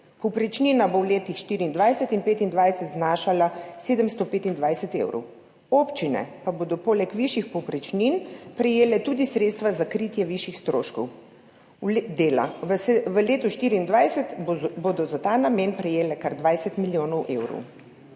povprečnina v letih 2024 in 2025 znašala 725 evrov, občine pa bodo poleg višjih povprečnin prejele tudi sredstva za kritje višjih stroškov dela. V letu 2024 bodo za ta namen prejele kar 20 milijonov evrov,